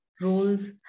roles